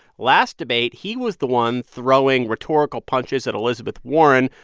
last debate, he was the one throwing rhetorical punches at elizabeth warren,